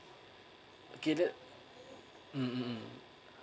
okay that mmhmm